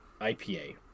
IPA